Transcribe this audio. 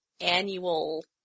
annual